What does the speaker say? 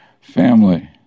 family